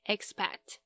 Expat